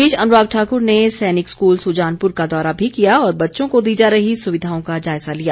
इस बीच अनुराग ठाकुर ने सैनिक स्कूल सुजानपुर का दौरा भी किया और बच्चों को दी जा रही सुविधाओं का जायजा लिया